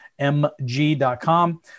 mg.com